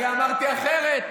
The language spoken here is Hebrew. אני אמרתי אחרת.